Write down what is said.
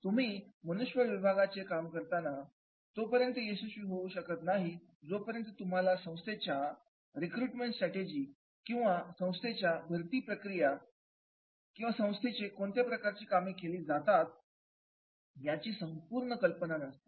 तुम्ही मनुष्यबळ विकासाचे काम करताना तोपर्यंत यशस्वी होऊ शकत नाही जोपर्यंत तुम्हाला संस्थेच्या रिक्रुटमेंट स्ट्रॅटेजी किंवा आपल्या संस्थेमध्ये कोणत्या प्रकारची कामे केली जातात याची संपूर्ण कल्पना नसते